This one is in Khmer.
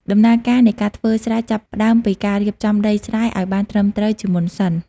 ដំណើរការនៃការធ្វើស្រែចាប់ផ្តើមពីការរៀបចំដីស្រែឱ្យបានត្រឹមត្រូវជាមុនសិន។